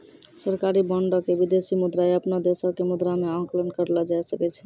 सरकारी बांडो के विदेशी मुद्रा या अपनो देशो के मुद्रा मे आंकलन करलो जाय सकै छै